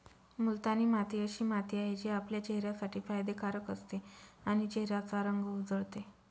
मुलतानी माती अशी माती आहे, जी आपल्या चेहऱ्यासाठी फायदे कारक असते आणि चेहऱ्याचा रंग उजळते